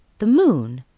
the moon!